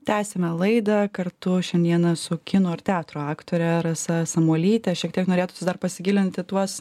tęsiame laidą kartu šiandieną su kino ir teatro aktore rasa samuolyte šiek tiek norėtųsi dar pasigilinti tuos